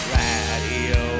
radio